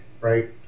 right